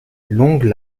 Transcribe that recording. longues